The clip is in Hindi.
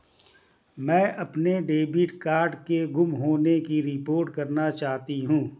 मैं अपने डेबिट कार्ड के गुम होने की रिपोर्ट करना चाहती हूँ